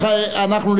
אנחנו,